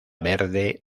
verde